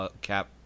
cap